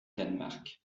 danemark